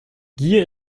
gier